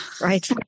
Right